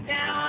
Now